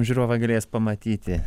žiūrovai galės pamatyti